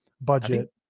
budget